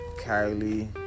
Kylie